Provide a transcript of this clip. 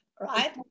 right